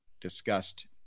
discussed